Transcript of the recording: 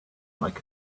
like